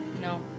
No